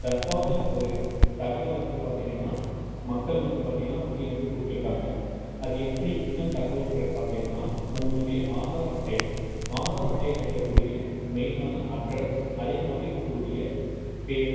தப்பான ஒரு தகவலை வந்து பார்த்தீங்கன்னா மக்கள் வந்து பார்த்தீங்கன்னா வங்கிலருந்து கொடுத்துருக்காங்க அது எப்படி என்ன தகவல்ன்று பார்த்தீங்கன்னா உங்களுடைய ஆதார் அட்டை ஆதார் அட்டையில் இருக்கக்கூடிய மெயினான அட்ரஸ் அதே மாதிரி உங்களுடைய பேர்